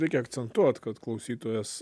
reikia akcentuot kad klausytojas